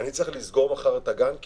אני צריך לסגור את הגן מחר?